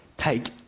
take